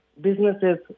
businesses